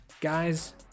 Guys